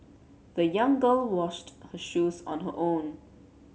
the young girl washed her shoes on her own